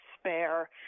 Spare